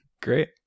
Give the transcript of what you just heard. great